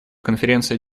конференция